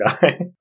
guy